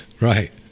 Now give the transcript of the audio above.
right